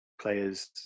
players